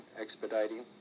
expediting